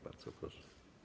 Bardzo proszę.